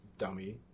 dummy